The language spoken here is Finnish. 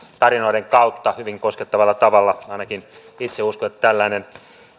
tarinoiden kautta hyvin koskettavalla tavalla ainakin itse uskon että tällainen